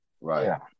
Right